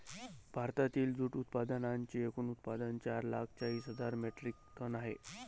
भारतातील जूट उत्पादनांचे एकूण उत्पादन चार लाख चाळीस हजार मेट्रिक टन आहे